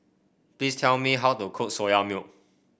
please tell me how to cook Soya Milk